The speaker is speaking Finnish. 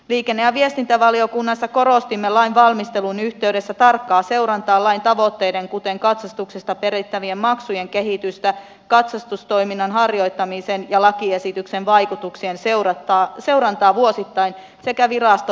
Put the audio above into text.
liikenne ja viestintävaliokunnassa korostimme lain valmistelun yhteydessä tarkkaa seurantaa lain tavoitteiden kuten katsastuksesta perittävien maksujen alentamisen kehitystä katsastustoiminnan harjoittamisen ja lakiesityksen vaikutuksien seurantaa vuosittain sekä virasto että ministeriötasolla